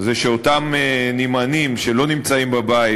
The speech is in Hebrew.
זה שאותם נמענים שלא נמצאים בבית,